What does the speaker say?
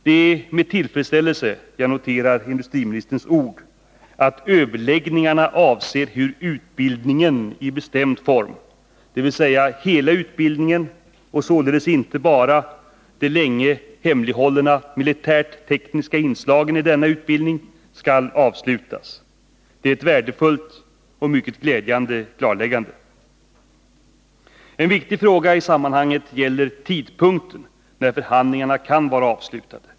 Det är med tillfredsställelse jag noterar industriministerns ord att överläggningarna avser hur utbildningen — i bestämd form, dvs. hela utbildningen och således inte bara de länge hemlighållna militärtekniska inslagen i denna utbildning — skall avslutas. Det är ett värdefullt och mycket glädjande klarläggande. En viktig fråga i sammanhanget gäller tidpunkten när förhandlingarna kan vara avslutade.